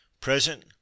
Present